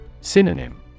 Synonym